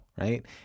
right